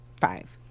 five